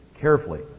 carefully